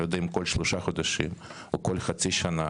אני לא יודע אם כל שלושה חודשים או כל חצי שנה,